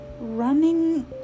running